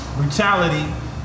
brutality